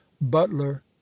butler